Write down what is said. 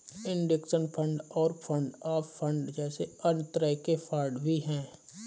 index fund और fund of fund जैसे अन्य तरह के फण्ड भी हैं